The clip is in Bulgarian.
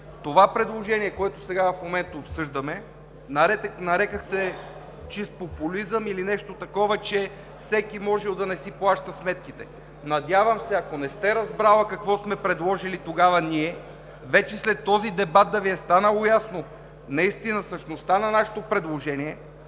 това предложение, което сега в момента обсъждаме, нарекохте чист популизъм или нещо такова, че всеки можело да не си плаща сметките. Надявам се, ако не сте разбрала какво сме предложили тогава ние, вече след този дебат да Ви е станало ясно. Наистина същността на нашето предложение